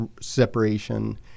separation